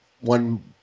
one